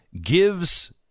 gives